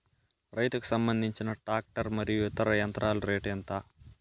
రైతుకు సంబంధించిన టాక్టర్ మరియు ఇతర యంత్రాల రేటు ఎంత?